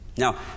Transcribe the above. Now